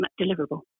deliverable